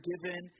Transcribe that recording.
forgiven